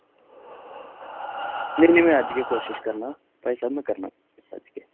नेईं नेईं में अज गै कोशिश करना भाई साह्ब में करना अज गै